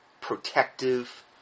protective